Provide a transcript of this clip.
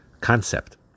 concept